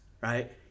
right